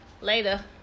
later